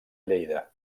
lleida